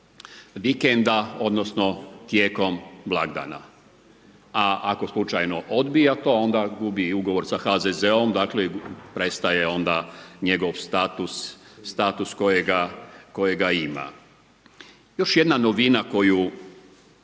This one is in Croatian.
vikenda, odnosno tijekom blagdana. A ako slučajno odbija to onda gubi i ugovor sa HZZO-om i prestaje onda njegov status, status kojega ima. Još jedna novina koju